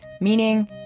meaning